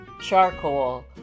charcoal